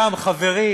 גם חברי